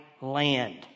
land